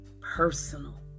personal